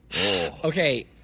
Okay